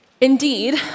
Indeed